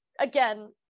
again